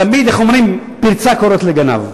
תמיד, איך אומרים, הפרצה קוראת לגנב.